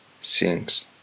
sings